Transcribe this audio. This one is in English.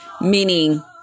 meaning